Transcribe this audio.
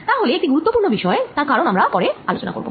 তা হলে এটি একটি গুরুত্বপূর্ণ বিষয় তার কারণ আমরা পরে আলোচনা করব